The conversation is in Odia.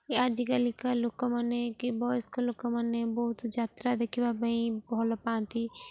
ଆଜିକାଲିକା ଲୋକମାନେ କି ବୟସ୍କ ଲୋକମାନେ ବହୁତ ଯାତ୍ରା ଦେଖିବା ପାଇଁ ଭଲ ପାଆନ୍ତି